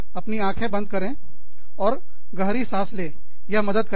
अपनी आँखें बंद करें और गहरी सांस लें यह मदद करेगा